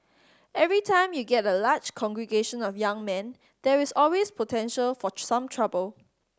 every time you get a large congregation of young men there is always potential for some trouble